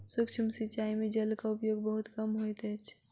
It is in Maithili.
सूक्ष्म सिचाई में जलक उपयोग बहुत कम होइत अछि